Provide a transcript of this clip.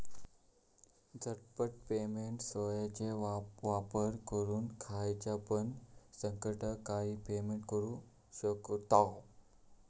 झटपट पेमेंट सेवाचो वापर करून खायच्यापण संकटकाळी पेमेंट करू शकतांव